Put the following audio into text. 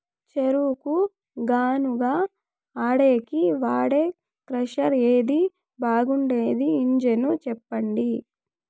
చెరుకు గానుగ ఆడేకి వాడే క్రషర్ ఏది బాగుండేది ఇంజను చెప్పండి?